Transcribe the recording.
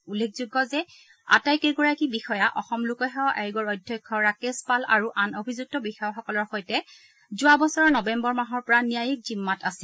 উল্লেখযোগ্য যে এই আটাইকেইগৰাকী বিষয়া অসম লোকসেৱা আয়োগৰ অধ্যক্ষ ৰাকেশ পাল আৰু আন অভিযুক্ত বিষয়াসকলৰ সৈতে যোৱা বছৰৰ নৱেম্বৰ মাহৰ পৰা ন্যায়িক জিম্মাত আছিল